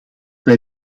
wij